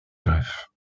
greffe